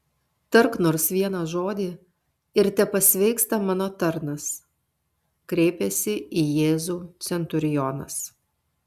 tark nors vieną žodį ir tepasveiksta mano tarnas kreipiasi į jėzų centurionas